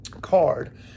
card